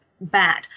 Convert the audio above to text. bad